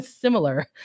similar